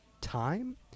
time